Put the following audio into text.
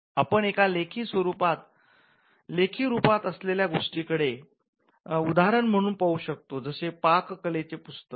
आपण एका लेखी रूपात असलेल्या गोष्टीकडे उदाहरण म्हणून पाहू शकतो जसे पाक कलेचे पुस्तक